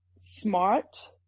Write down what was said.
smart